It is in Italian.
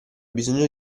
bisogno